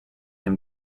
him